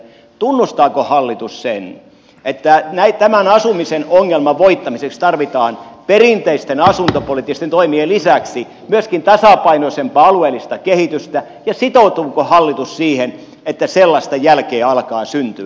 tunnustaako hallitus sen että tämän asumisen ongelman voittamiseksi tarvitaan perinteisten asuntopoliittisten toimien lisäksi myös tasapainoisempaa alueellista kehitystä ja sitoutuuko hallitus siihen että sellaista jälkeä alkaa syntyä